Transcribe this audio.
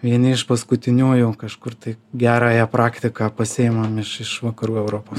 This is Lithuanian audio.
vieni iš paskutiniųjų kažkur tai gerąją praktiką pasiimam iš iš vakarų europos